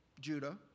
Judah